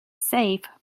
safe